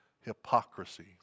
hypocrisy